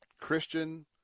Christian